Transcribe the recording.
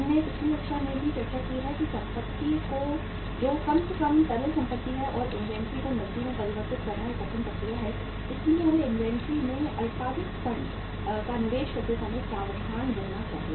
हमने पिछली कक्षा में भी चर्चा की है कि संपत्ति जो कम से कम तरल संपत्ति है और इन्वेंट्री को नकदी में परिवर्तित करना एक कठिन प्रक्रिया है इसलिए हमें इन्वेंट्री में अल्पावधि फंड का निवेश करते समय सावधान रहना चाहिए